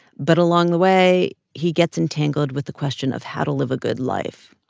but along the way, he gets entangled with the question of how to live a good life.